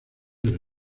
del